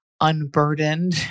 unburdened